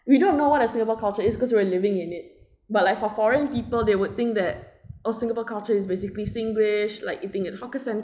we don't know what a singapore culture is cause we're living in it but like for foreign people they would think that oh singapore culture is basically singlish like eating at hawker cent~